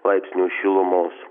laipsnių šilumos